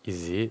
is it